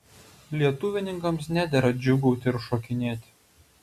lietuvininkams nedera džiūgauti ir šokinėti